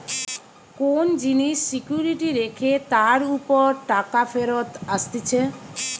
কোন জিনিস সিকিউরিটি রেখে তার উপর টাকা ফেরত আসতিছে